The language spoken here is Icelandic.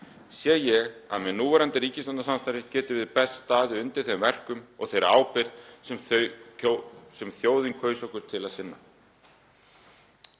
sé ég að með núverandi ríkisstjórnarsamstarfi getum við best staðið undir þeim verkum og þeirri ábyrgð sem þjóðin kaus okkur til að sinna.